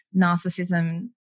narcissism